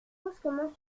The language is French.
brusquement